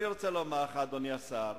אני רוצה לומר לך, אדוני השר,